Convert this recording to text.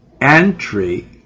entry